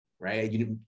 right